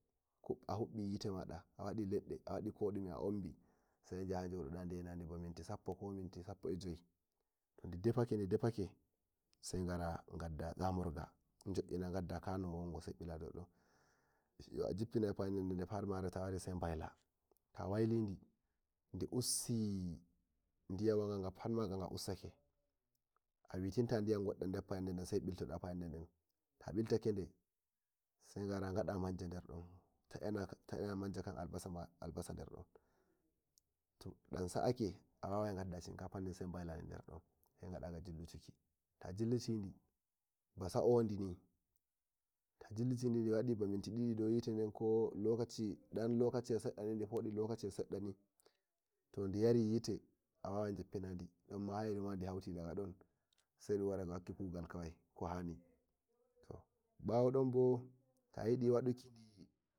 A hubbi yite ma a waɗi ledde a maɓi sai yaha njododa mada yaha nde nani ba min ti sappo ko sappo eh joyi defake ndi defake sai ngara ngadda lamorga sagadda kanowa gonga sai jo'ina dou don to a jippinai fayande nden de pat pare don a yahai mbaila ta waili di usi diyanwa gan diyanwagan ga ustake ga pat maga a witinta diyan gadon sai biltada payande den ta biltake nde sai gara gada manja der don taya, na manja kan albasa der don taya na manja kam albasa der don to dan sa'ake a wawai gadda shinkafadin baila derdun sai gadaga fillukidi ta fillutidi asa'odi di da jillitidi diwadi ba minti didini dau yiti gen to dan lokaciyel seddani todi yari yite a wawai yippinadi to hairi madi hauti dagadon sai dun wada wakki kugal kawai kohani to bawo don bo ta yidi waduki di.